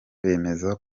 bemeza